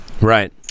Right